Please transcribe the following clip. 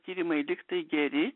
tyrimai tiktai geri